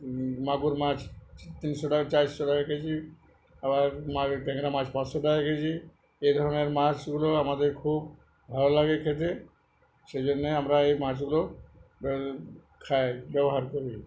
মাগুর মাছ তিনশো টাকা চারশো টাকা কেজি আবার মা ট্যাংরা মাছ পাঁচশো টাকা কেজি এই ধরনের মাছগুলো আমাদের খুব ভালো লাগে খেতে সেই জন্যে আমরা এই মাছগুলো খাই ব্যবহার করি